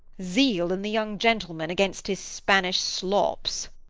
zeal in the young gentleman, against his spanish slops.